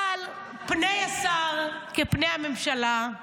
אבל פני השר כפני הממשלה,